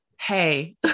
hey